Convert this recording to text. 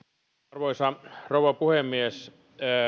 arvoisa rouva puhemies